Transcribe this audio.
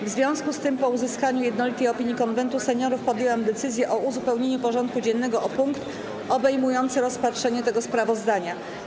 W związku z tym, po uzyskaniu jednolitej opinii Konwentu Seniorów, podjęłam decyzję o uzupełnieniu porządku dziennego o punkt obejmujący rozpatrzenie tego sprawozdania.